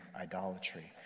idolatry